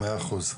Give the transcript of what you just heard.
מאה אחוז.